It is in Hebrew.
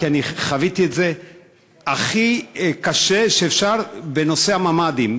כי אני חוויתי את זה הכי קשה שאפשר בנושא הממ"דים.